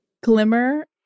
glimmer